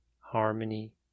harmony